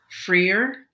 freer